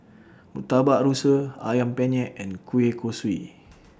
Murtabak Rusa Ayam Penyet and Kueh Kosui